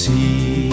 See